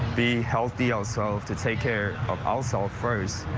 be healthy, also to take care of ourselves first,